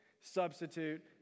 substitute